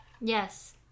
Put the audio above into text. Yes